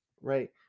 right